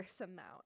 amount